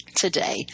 today